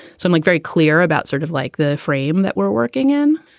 so i'm like very clear about sort of like the frame that we're working in.